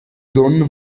don